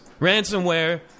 ransomware